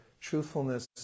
truthfulness